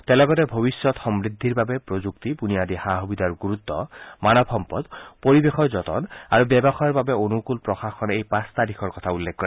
তেওঁ লগতে ভৱিষ্যত সমৃদ্ধিৰ বাবে প্ৰযুক্তি বুনিয়াদী সা সুবিধাৰ গুৰুত মানৱ সম্পদ পৰিৱেশৰ যতন আৰু ব্যৱসায়ৰ বাবে অনুকুল প্ৰশাসন এই পাঁচটা দিশৰ কথা উল্লেখ কৰে